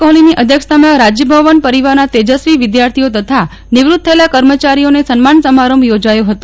કોહલીની અધ્યક્ષતામાં રાજભવન પરિવારના તેજસ્વી વિદ્યાર્થીઓ તથા નિવ્ત્ત થયેલા કર્મચારીઓને સન્માન સમારંભ યોજાયો હતો